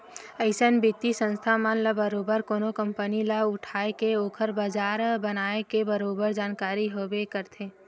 अइसन बित्तीय संस्था मन ल बरोबर कोनो कंपनी ल उठाय के ओखर बजार बनाए के बरोबर जानकारी होबे करथे